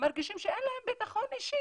מרגישים שאין להם ביטחון אישי,